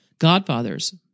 godfathers